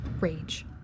rage